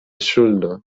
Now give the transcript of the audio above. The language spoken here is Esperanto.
ŝuldo